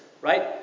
right